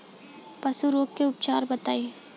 पशु रोग के उपचार बताई?